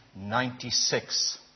96